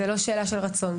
זאת לא שאלה של רצון.